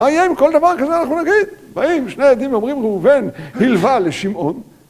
מה יהיה אם כל דבר כזה אנחנו נגיד, באים שני ילדים ואומרים, ראובן הילווה לשמעון.